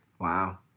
Wow